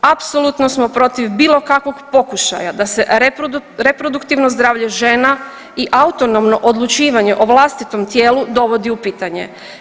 Apsolutno smo protiv bilo kakvog pokušaja da se reproduktivno zdravlje žena i autonomno odlučivanje o vlastitom tijelu dovodi u pitanje.